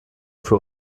für